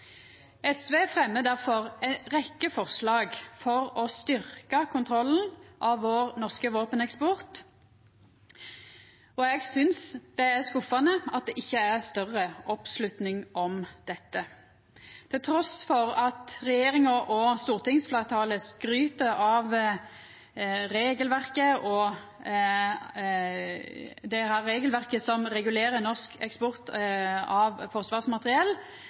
SV fremjar difor ei rekkje forslag for å styrkja kontrollen av den norske våpeneksporten, og eg synest det er skuffande at det ikkje er større oppslutning om dette. Trass i at regjeringa og stortingsfleirtalet skryter av det regelverket som regulerer norsk eksport av forsvarsmateriell,